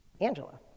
Angela